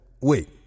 wait